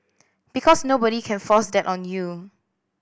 because nobody can force that on you